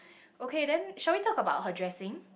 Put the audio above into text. okay then shall we talk about her dressing